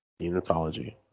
unitology